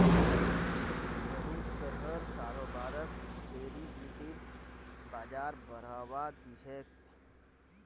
बहुत तरहर कारोबारक डेरिवेटिव बाजार बढ़ावा दी छेक